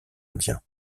indien